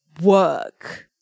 work